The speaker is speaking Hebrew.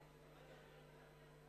כי בלי סעיף תחולה לפרק,